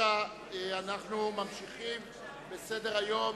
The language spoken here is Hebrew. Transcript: אנחנו ממשיכים בסדר-היום.